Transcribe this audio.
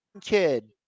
kid